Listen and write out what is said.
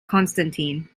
constantine